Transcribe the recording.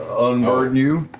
unburden you.